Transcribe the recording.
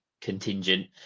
contingent